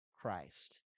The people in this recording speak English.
Christ